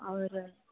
और